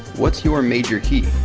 what's your major key?